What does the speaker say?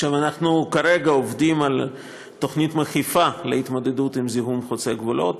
אנחנו כרגע עובדים על תוכנית מקיפה להתמודדות עם זיהום חוצה גבולות,